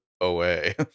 away